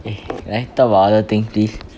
eh 来 talk about other thing please